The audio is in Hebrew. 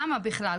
למה בכלל?